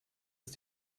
ist